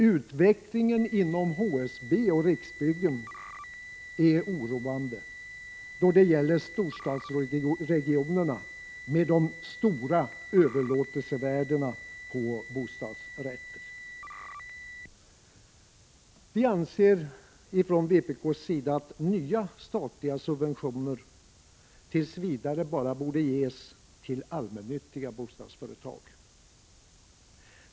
Utvecklingen inom HSB och Riksbyggen är oroande i storstadsregionerna, med de stora överlåtelsevärdena på bostadsrätter. Vi anser att nya statliga subventioner tills vidare bara borde ges till allmännyttiga bostadsföretag.